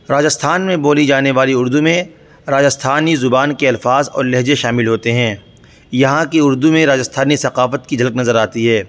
راجستھان میں بولی جانے والی اردو میں راجستھانی زبان کے الفاظ اور لہجے شامل ہوتے ہیں یہاں کی اردو میں راجستھانی ثقافت کی جھلک نظر آتی ہے